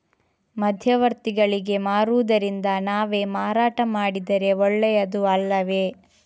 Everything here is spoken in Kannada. ಮಧ್ಯವರ್ತಿಗಳಿಗೆ ಮಾರುವುದಿಂದ ನಾವೇ ಮಾರಾಟ ಮಾಡಿದರೆ ಒಳ್ಳೆಯದು ಅಲ್ಲವೇ?